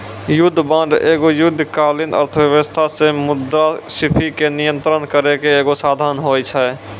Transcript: युद्ध बांड एगो युद्धकालीन अर्थव्यवस्था से मुद्रास्फीति के नियंत्रण करै के एगो साधन होय छै